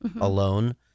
alone